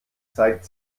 zeigt